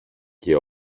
και